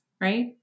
right